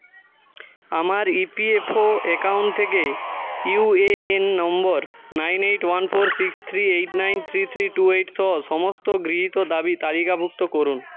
আমার E P F O account থেকে U A N number nine eight one four six three eight nine three three two eight সহ সমস্ত গৃহীত দাবি তালিকাভুক্ত করুন